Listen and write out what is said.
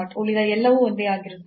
ಉಳಿದ ಎಲ್ಲವೂ ಒಂದೇ ಆಗಿರುತ್ತದೆ